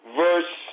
verse